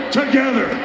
together